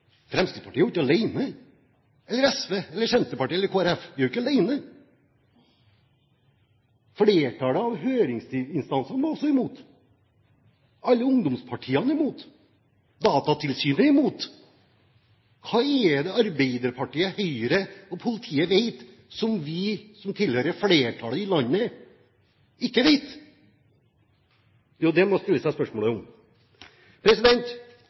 Fremskrittspartiet er jo ikke alene, eller SV, Senterpartiet eller Kristelig Folkeparti. Vi er jo ikke alene. Flertallet av høringsinstansene er også imot. Alle ungdomspartiene er imot. Datatilsynet er imot. Hva er det Arbeiderpartiet, Høyre og politiet vet som vi som tilhører flertallet i landet, ikke vet? Det er jo det spørsmålet man stiller seg.